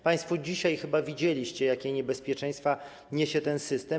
Państwo dzisiaj chyba widzieliście, jakie niebezpieczeństwa niesie ten system.